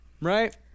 right